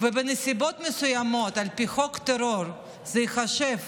ובנסיבות מסוימות על פי חוק טרור זה ייחשב